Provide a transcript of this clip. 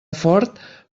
fort